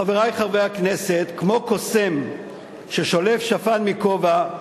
חברי חברי הכנסת, כמו קוסם ששולף שפן מכובע,